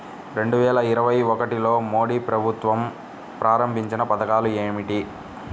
రెండు వేల ఇరవై ఒకటిలో మోడీ ప్రభుత్వం ప్రారంభించిన పథకాలు ఏమిటీ?